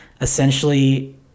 essentially